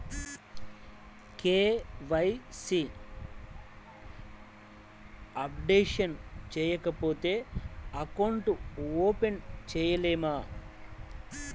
KYC updation చేయకపోతే account open చేయలేమా?